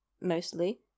mostly